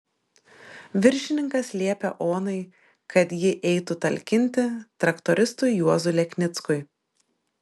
viršininkas liepė onai kad ji eitų talkinti traktoristui juozui leknickui